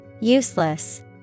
Useless